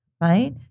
Right